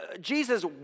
Jesus